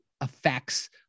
affects